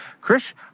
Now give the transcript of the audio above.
Chris